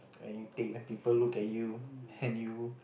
when you take people look at you and you